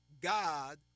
God